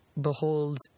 Behold